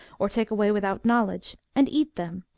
or tak' away without knowledge, and eat them,